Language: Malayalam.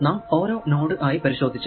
നാം ഓരോ നോഡ് ആയി പരിശോധിച്ച്